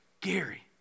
Gary